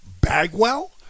Bagwell